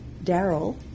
Daryl